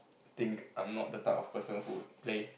think I'm not the type of person who play